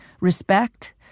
respect